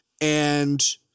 and-